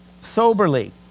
Soberly